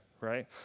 Right